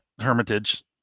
hermitage